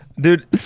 Dude